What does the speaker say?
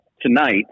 Tonight